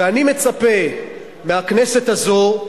אני מצפה מהכנסת הזאת,